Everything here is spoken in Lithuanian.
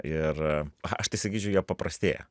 ir aš tai sakyčiau jie paprastėja